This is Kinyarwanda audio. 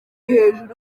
hejuru